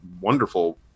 wonderful